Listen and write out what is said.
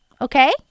okay